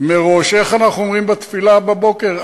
איך אנחנו אומרים בתפילה בבוקר,